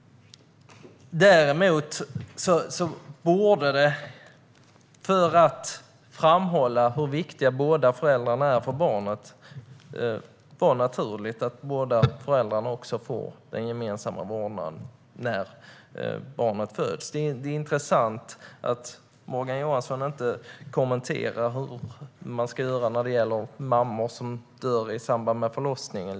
För att framhålla hur viktiga båda föräldrarna är för barnet borde det vara naturligt att båda föräldrarna får gemensam vårdnad när barnet föds. Det är intressant att Morgan Johansson inte kommenterar hur man ska göra när det gäller mammor som dör i samband med förlossningen.